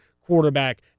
quarterback